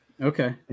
Okay